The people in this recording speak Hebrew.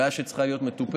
בעיה שצריכה להיות מטופלת.